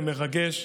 זה מרגש.